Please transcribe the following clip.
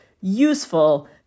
useful